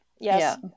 Yes